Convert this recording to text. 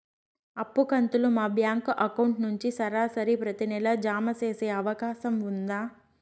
అప్పు కంతులు మా బ్యాంకు అకౌంట్ నుంచి సరాసరి ప్రతి నెల జామ సేసే అవకాశం ఉందా?